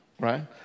Right